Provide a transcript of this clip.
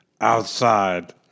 outside